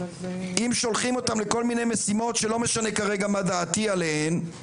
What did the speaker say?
אם שולחים אותם לכל מיני משימות שלא משנה כרגע מה דעתי עליהן,